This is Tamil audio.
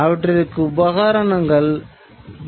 பொதுவாக அவ்வாறு அது வடிவமைக்கப்பட்டது